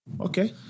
Okay